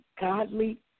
godly